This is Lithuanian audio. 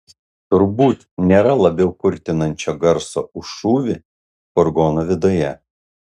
turbūt nėra labiau kurtinančio garso už šūvį furgono viduje